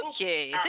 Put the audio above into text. Okay